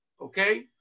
okay